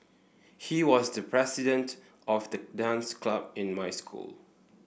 he was the president of the dance club in my school